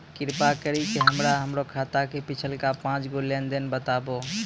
कृपा करि के हमरा हमरो खाता के पिछलका पांच गो लेन देन देखाबो